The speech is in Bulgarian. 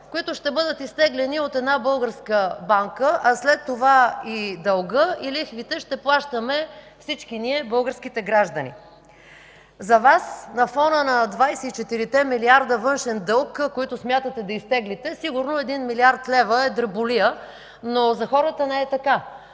които ще бъдат изтеглени от една българска банка, а след това и дългът, и лихвите ще плащаме всички ние, българските граждани. За Вас на фона на 24-те милиарда външен дълг, които смятате да изтеглите, сигурно 1 млрд. лв. е дреболия, но за хората не е така.